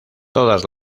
todas